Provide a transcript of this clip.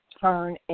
turn